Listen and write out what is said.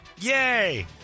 Yay